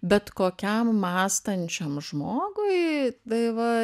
bet kokiam mąstančiam žmogui tai va